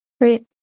right